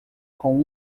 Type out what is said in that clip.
com